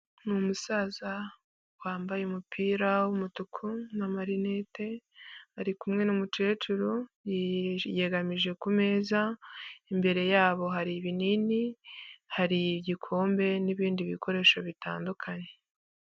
Ni umusaza wambaye umupira w'umutuku n'amarinete ari kumwe n'umukecuru yegamije ku meza imbere yabo hari ibinini hari igikombe n'ibindi bikoresho bitandukanye.